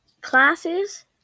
Classes